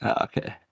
Okay